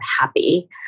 happy